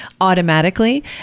automatically